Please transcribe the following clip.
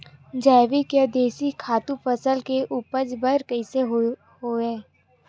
जैविक या देशी खातु फसल के उपज बर कइसे होहय?